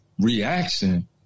reaction